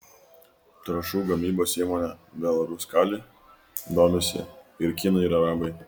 trąšų gamybos įmone belaruskalij domisi ir kinai ir arabai